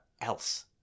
else